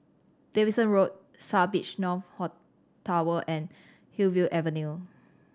Davidson Road South Beach North Tower and Hillview Avenue